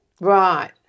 right